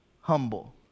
humble